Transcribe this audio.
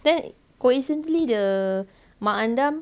then coincidentally the mak andam